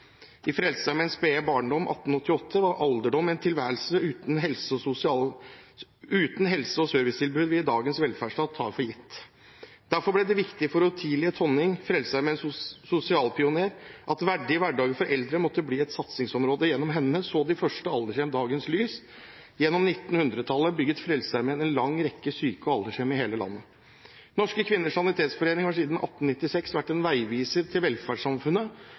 I Frelsesarmeens spede barndom i 1888 var alderdom en tilværelse uten helse- og servicetilbud vi i dagens velferdsstat tar for gitt. Derfor ble det viktig for Othilie Tonning, Frelsesarmeens sosialpioner, at verdige hverdager for eldre måtte bli et satsingsområde. Gjennom henne så de første aldershjem dagens lys. Gjennom 1900-tallet bygde Frelsesarmeen en lang rekke syke- og aldershjem i hele landet. Norske Kvinners Sanitetsforening har siden 1896 vært en veiviser til velferdssamfunnet